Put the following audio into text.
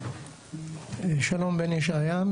שלום בן ישעיה,